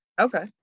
Okay